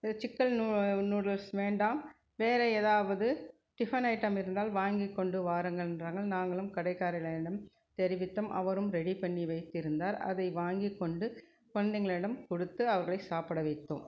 chicken noodles வேண்டாம் வேறே எதாவது டிஃபன் ஐட்டம் இருந்தால் வாங்கிக்கொண்டு வாருங்கள் என்றார்கள் நாங்களும் கடைக்காரனிடம் தெரிவித்தோம் அவரும் ரெடி பண்ணி வைத்திருந்தார் அதை வாங்கிக்கொண்டு குழந்தைகளிடம் கொடுத்து அவர்களை சாப்பிட வைத்தோம்